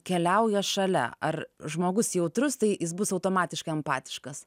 keliauja šalia ar žmogus jautrus tai jis bus automatiškai empatiškas